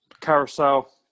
Carousel